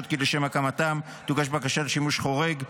כי לשם הקמתם תוגש בקשה לשימוש חורג.